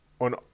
On